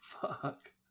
Fuck